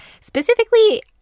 Specifically